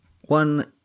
one